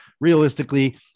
realistically